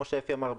כמו שאפי אמר,